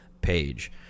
page